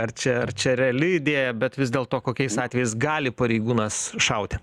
ar čia ar čia reali idėja bet vis dėl to kokiais atvejais gali pareigūnas šauti